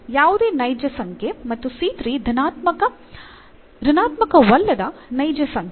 ಯಾವುದೇ ನೈಜ ಸಂಖ್ಯೆ ಮತ್ತು ಧನಾತ್ಮಕ ಋಣಾತ್ಮಕವಲ್ಲದ ನೈಜ ಸಂಖ್ಯೆ